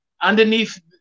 underneath